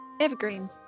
Evergreen